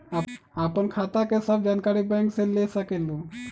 आपन खाता के सब जानकारी बैंक से ले सकेलु?